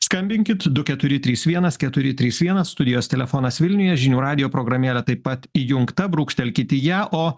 skambinkit du keturi trys vienas keturi trys vienas studijos telefonas vilniuje žinių radijo programėlė taip pat įjungta brūkštelkit į ją o